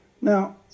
Now